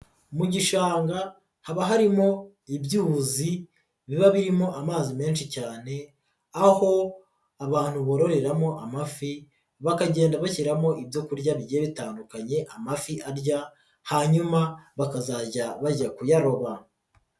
Mu gishanga haba harimo ibyuzi biba birimo amazi menshi cyane, aho abantu bororeramo amafi bakagenda bashyiramo ibyo kurya bigiye bitandukanye amafi arya hanyuma bakazajya bajya kuyaroba.